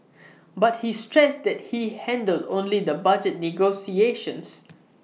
but he stressed that he handled only the budget negotiations